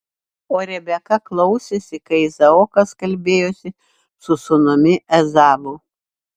o rebeka klausėsi kai izaokas kalbėjosi su sūnumi ezavu